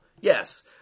yes